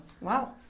Wow